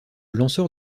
lanceur